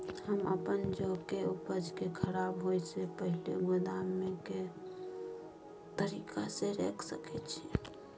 हम अपन जौ के उपज के खराब होय सो पहिले गोदाम में के तरीका से रैख सके छी?